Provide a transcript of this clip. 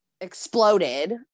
exploded